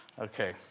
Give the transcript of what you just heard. Okay